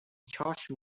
charge